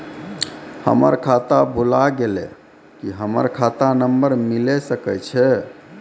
हमर खाता भुला गेलै, की हमर खाता नंबर मिले सकय छै?